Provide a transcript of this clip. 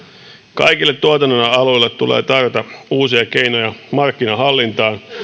kaikille tuotannonaloille tulee tarjota uusia keinoja markkinan hallintaan